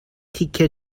تیکه